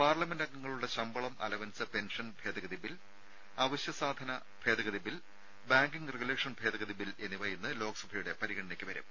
parliament അംഗങ്ങളുടെ ശമ്പളം allowance pension ഭേദഗതി ബിൽ അവശ്യ സാധാന ഭേദഗതി ബിൽ ബാങ്കിംഗ് റഗുലേഷൻ ഭേദഗതി ബിൽ എന്നിവ ഇന്ന് ലോക്സഭയുടെ പരിഗണനയ്ക്ക് വരും